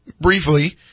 briefly